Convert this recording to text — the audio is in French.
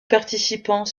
participants